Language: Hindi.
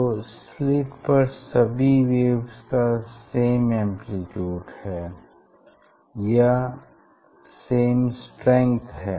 तो स्लिट पर सभी वेव्स का सेम एम्प्लीट्यूड है या सेम स्ट्रेंग्थ है